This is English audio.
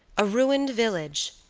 a ruined village,